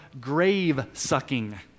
grave-sucking